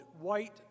white